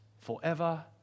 forever